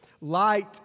Light